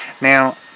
Now